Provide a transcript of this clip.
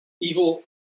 evil